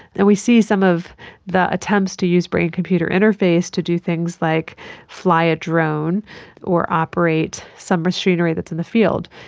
we see some of the attempts to use brain-computer interface to do things like fly a drone or operate some machinery that's in the field.